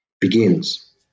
begins